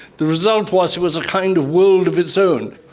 the result was was a kind of world of its own.